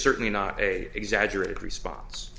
certainly not a exaggerated response